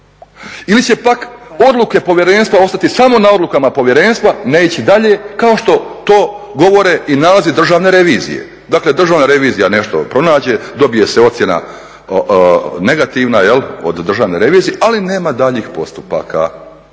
Ili će pak odluke povjerenstva ostati samo na odlukama povjerenstva, ne ići dalje, kao što to govore i nalazi Državne revizije? Dakle, Državna revizija nešto pronađe, dobije se ocjena negativna jel' od Državne revizije ali nema daljnjih postupaka